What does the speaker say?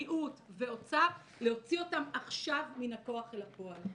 בריאות ואוצר, להוציא אותם עכשיו מהכוח אל הפועל.